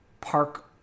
park